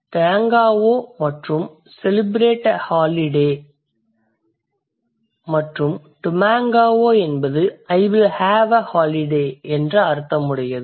Tengao என்பது celebrate a holiday மற்றும் tumengao என்பது I will have a holiday என்ற அர்த்தமுடையது